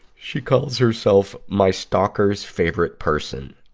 she calls herself, my stalker's favorite person.